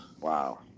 Wow